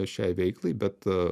šiai veiklai bet